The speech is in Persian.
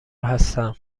هستم